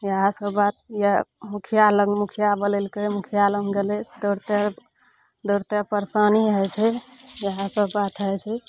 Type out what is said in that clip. इएह सब बात यऽ मुखिआ लग मुखिआ बोलेलकय मुखिआ लग गेलय दौड़ते दौड़ते परेशानी होइ छै इएह सब बात होबय छै